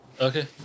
Okay